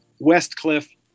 Westcliff